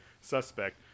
suspect